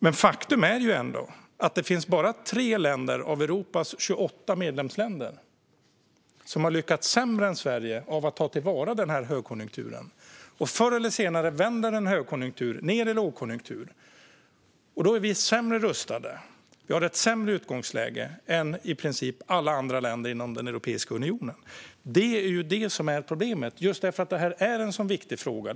Men faktum är ändå att det bara finns 3 länder bland EU:s 28 medlemsländer som har lyckats sämre än Sverige med att ta till vara högkonjunkturen. Förr eller senare vänder en högkonjunktur ned i lågkonjunktur, och då är vi sämre rustade. Vi har ett sämre utgångsläge än i princip alla andra länder inom Europeiska unionen. Det är ju detta som är problemet - just för att det är en så viktig fråga.